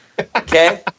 Okay